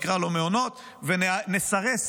נקרא לו "מעונות" ונסרס